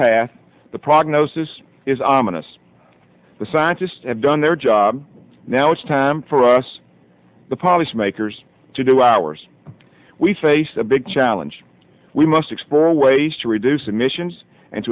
path the prognosis is ominous the scientists have done their job now it's time for us the policy makers to do ours we face a big challenge we must explore ways to reduce emissions and